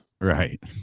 right